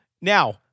Now